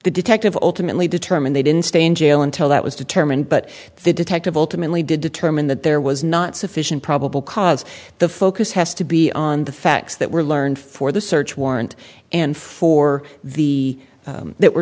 detective ultimately determined they didn't stay in jail until that was determined but the detective ultimately did determine that there was not sufficient probable cause the focus has to be on the facts that were learned for the search warrant and for the that were